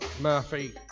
Murphy